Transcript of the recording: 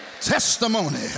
testimony